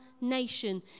nation